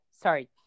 sorry